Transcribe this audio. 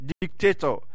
dictator